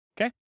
Okay